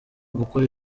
gukora